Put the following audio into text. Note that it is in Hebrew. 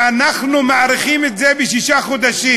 שאנחנו מאריכים בשישה חודשים.